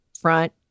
front